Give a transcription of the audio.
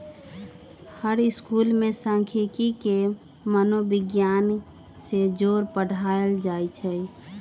हर school में सांखियिकी के मनोविग्यान से जोड़ पढ़ायल जाई छई